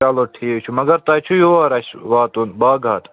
چلو ٹھیٖک چھُ مگر تۄہہِ چھُو یور اَسہِ واتُن باغات